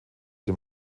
dem